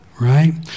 right